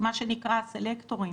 מה שנקרא הסלקטורים,